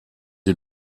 est